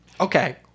Okay